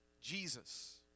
Jesus